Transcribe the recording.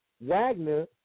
Wagner